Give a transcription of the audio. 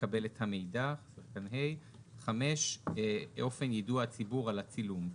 לקבל את מידע, (5)אופן יידוע הציבור על הצילום.